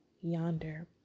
yonder